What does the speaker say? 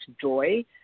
joy